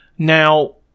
Now